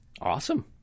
Awesome